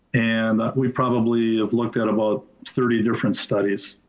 and we probably have looked at about thirty different studies,